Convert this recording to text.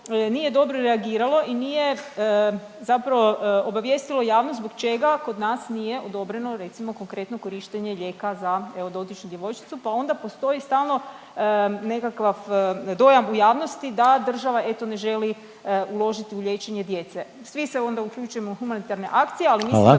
nije dobro reagiralo i nije zapravo obavijestilo javnost zbog čega kod nas nije odobreno, recimo, konkretno, korištenje lijeka za, evo, dotičnu djevojčicu pa onda postoji stalno nekakav dojam u javnosti, da država, eto ne želi uložiti u liječenje djece. Svi se onda uključimo u humanitarne akcije, ali mislim da